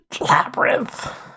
Labyrinth